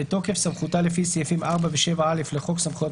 בתוקף סמכותה לפי סעיפים 4 ו-7א לחוק סמכויות